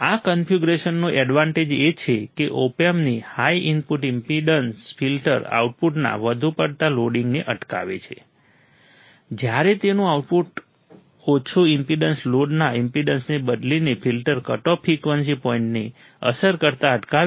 આ કન્ફિગ્યુરેશનનો એડવાન્ટેજ એ છે કે ઓપ એમ્પની હાઈ ઇનપુટ ઈમ્પેડન્સફિલ્ટર આઉટપુટના વધુ પડતા લોડિંગને અટકાવે છે જ્યારે તેનું ઓછું આઉટપુટ ઈમ્પેડન્સ લોડના ઈમ્પેડન્સને બદલીને ફિલ્ટર કટ ઓફ ફ્રિક્વન્સી પોઇન્ટને અસર કરતા અટકાવે છે